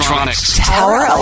Tower